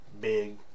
big